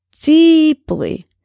deeply